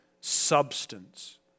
substance